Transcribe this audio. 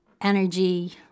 energy